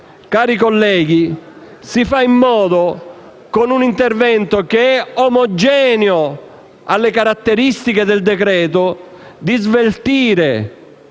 cari colleghi, si fa in modo, con un intervento omogeneo con le caratteristiche del decreto, di sveltire